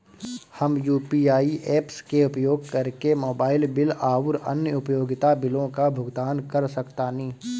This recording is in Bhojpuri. हम यू.पी.आई ऐप्स के उपयोग करके मोबाइल बिल आउर अन्य उपयोगिता बिलों का भुगतान कर सकतानी